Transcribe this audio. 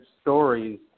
stories